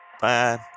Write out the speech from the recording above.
Bye